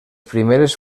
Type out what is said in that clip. primeres